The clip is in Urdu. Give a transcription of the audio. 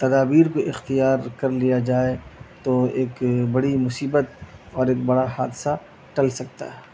تدابیر کو اختیار کر لیا جائے تو ایک بڑی مصیبت اور ایک بڑا حادثہ ٹل سکتا ہے